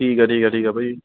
ਠੀਕ ਹੈ ਠੀਕ ਹੈ ਠੀਕ ਹੈ ਭਾਅ ਜੀ